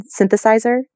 synthesizer